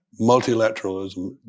multilateralism